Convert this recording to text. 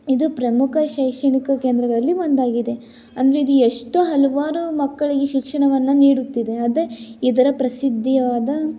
ಇದು ಪ್ರಮುಖ ಶೈಕ್ಷಣಿಕ ಕೇಂದ್ರಗಳಲ್ಲಿ ಒಂದಾಗಿದೆ ಅಂದರೆ ಇದು ಎಷ್ಟೋ ಹಲವಾರು ಮಕ್ಕಳಿಗೆ ಶಿಕ್ಷಣವನ್ನು ನೀಡುತ್ತಿದೆ ಅದೇ ಇದರ ಪ್ರಸಿದ್ದಿಯಾದ